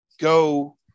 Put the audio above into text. go